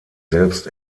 selbst